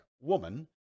woman